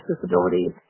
disabilities